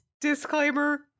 disclaimer